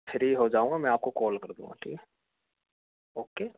free हो जाऊँगा मैं आपको कॉल कर दूँगा ठीक है ओके